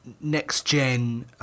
next-gen